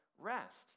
rest